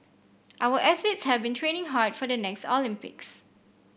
our athletes have been training hard for the next Olympics